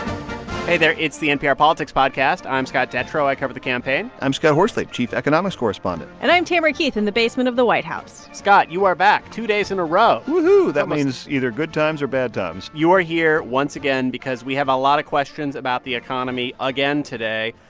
hey there. it's the npr politics podcast. i'm scott detrow. i cover the campaign i'm scott horsley, chief economics correspondent and i'm tamara keith, in the basement of the white house scott, you are back. two days in a row woo-hoo. that means either good times or bad times you are here once again because we have a lot of questions about the economy again today.